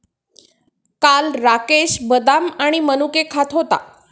काल राकेश बदाम आणि मनुके खात होता